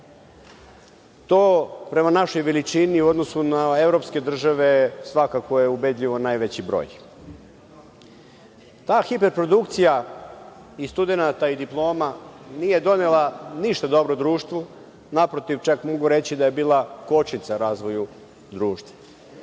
To prema našoj veličini u odnosu na evropske države svakako je ubedljivo najveći broj. Ta hiperprodukcija studenata i diploma nije donela ništa dobro društvu, naprotiv, čak mogu reći da je bila kočnica razvoju društva.